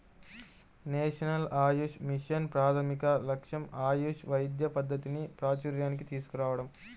national Ayush mission ప్రాథమిక లక్ష్యం ఆయుష్ వైద్య పద్ధతిని ప్రాచూర్యానికి తీసుకురావటం